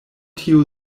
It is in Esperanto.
tio